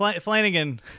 Flanagan